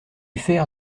fer